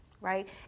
right